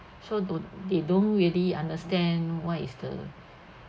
so don't they don't really understand what is the